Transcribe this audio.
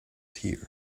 here